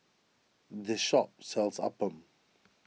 this shop sells Appam